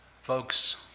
Folks